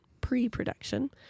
pre-production